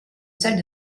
salle